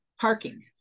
Parking